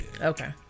Okay